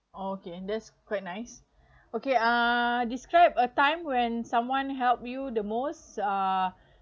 okay that's quite nice okay uh described a time when someone help you the most uh